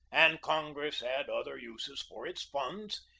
and congress had other uses for its funds,